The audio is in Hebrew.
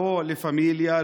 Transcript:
לא לה פמיליה,